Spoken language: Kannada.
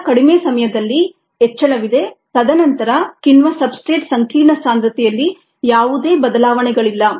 ಬಹಳ ಕಡಿಮೆ ಸಮಯದಲ್ಲಿ ಹೆಚ್ಚಳವಿದೆ ತದನಂತರ ಕಿಣ್ವ ಸಬ್ಸ್ಟ್ರೇಟ್ ಸಂಕೀರ್ಣ ಸಾಂದ್ರತೆಯಲ್ಲಿ ಯಾವುದೇ ಬದಲಾವಣೆಗಳಿಲ್ಲ